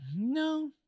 no